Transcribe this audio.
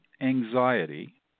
anxiety